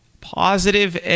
positive